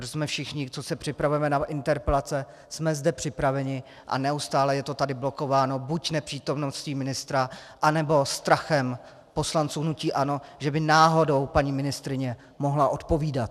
Protože všichni, co se připravujeme na interpelace, jsme zde připraveni a neustále je to tady blokováno buď nepřítomností ministra, nebo strachem poslanců hnutí ANO, že by náhodou paní ministryně mohla odpovídat.